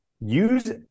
use